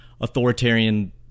authoritarian